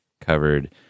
covered